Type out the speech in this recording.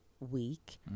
week